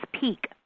peak